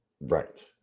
Right